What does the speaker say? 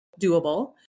doable